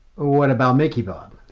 what about mickey bob?